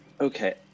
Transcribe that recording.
okay